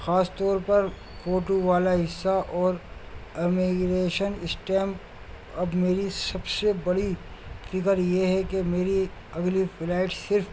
خاص طور پر فوٹو والا حصہ اور ایمیگریشن اسٹیمپ اب میری سب سے بڑی فکر یہ ہے کہ میری اگلی فلائٹ صرف